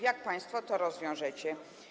Jak państwo to rozwiążecie?